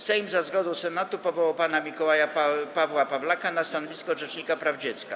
Sejm za zgodą Senatu powołał pana Mikołaja Pawła Pawlaka na stanowisko rzecznika praw dziecka.